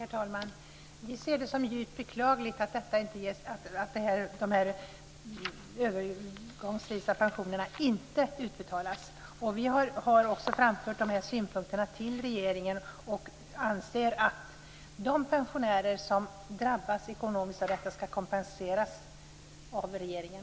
Herr talman! Vi ser det som djupt beklagligt att de övergångsvisa pensionerna inte utbetalas. Vi har också framfört de här synpunkterna till regeringen och anser att de pensionärer som drabbas ekonomiskt av detta ska kompenseras av regeringen.